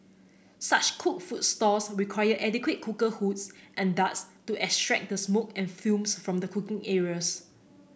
such cooked food stalls require adequate cooker hoods and ducts to extract the smoke and fumes from the cooking areas